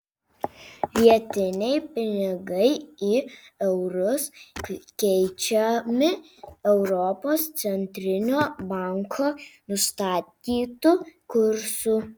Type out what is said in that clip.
vietiniai pinigai į eurus keičiami europos centrinio banko nustatytu kursu